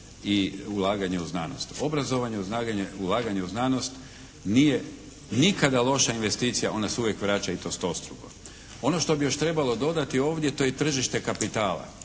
i ulaganje u znanost. Obrazovanje i ulaganje u znanost nije nikada loša investicija. Ona se uvijek vraća i to stostruko. Ono što bi još trebalo dodati ovdje to je i tržište kapitala.